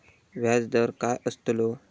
व्याज दर काय आस्तलो?